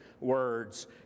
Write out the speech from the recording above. words